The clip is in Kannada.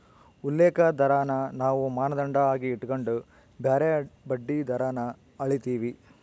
ಉಲ್ಲೇಖ ದರಾನ ನಾವು ಮಾನದಂಡ ಆಗಿ ಇಟಗಂಡು ಬ್ಯಾರೆ ಬಡ್ಡಿ ದರಾನ ಅಳೀತೀವಿ